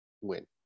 win